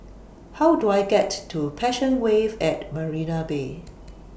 How Do I get to Passion Wave At Marina Bay